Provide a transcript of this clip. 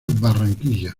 barranquilla